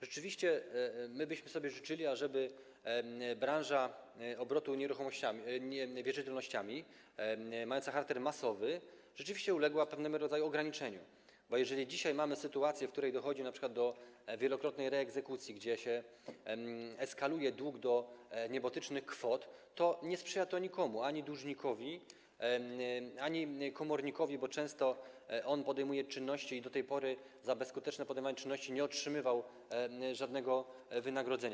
Rzeczywiście, my byśmy sobie życzyli, ażeby branża obrotu wierzytelnościami mająca charakter masowy rzeczywiście uległa pewnego rodzaju ograniczeniu, bo jeżeli dzisiaj mamy sytuację, w której dochodzi np. do wielokrotnej reegzekucji, kiedy się eskaluje dług do niebotycznych kwot, to nie sprzyja to nikomu: ani dłużnikowi, ani komornikowi - bo on często podejmuje czynności i do tej pory za bezskuteczne podejmowane czynności nie otrzymywał żadnego wynagrodzenia.